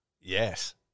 Yes